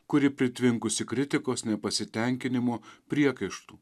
kuri pritvinkusi kritikos nepasitenkinimo priekaištų